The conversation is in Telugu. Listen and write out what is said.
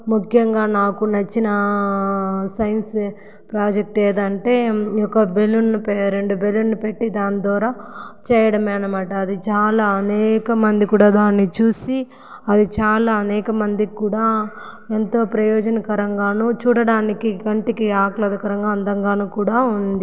ముఖ్యంగా నాకు నచ్చిన సైన్స్ ప్రాజెక్ట్ ఏదంటే ఈ యొక్క బెలూన్ రెండు బెలూన్లు పెట్టి దాని ద్వారా చేయడమే అనమాట అది చాలా అనేక మంది కూడా దాన్ని చూసి అది చాలా అనేకమంది కూడా ఎంతో ప్రయోజనకరంగానో చూడడానికి కంటికి ఆహ్లాదకరంగాను అందంగాను కూడా ఉంది